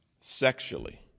Sexually